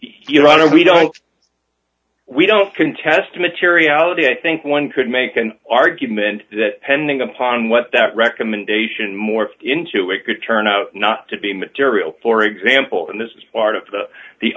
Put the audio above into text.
don't we don't we don't contest materiality i think one could make an argument that pending upon what that recommendation morphed into it could turn out not to be material for example and this is part of the